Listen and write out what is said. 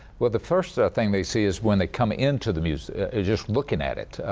well, the first thing they see is when they come into the museum is just looking at it.